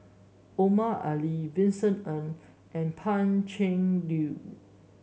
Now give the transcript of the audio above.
Omar Ali Vincent Ng and Pan Cheng Lui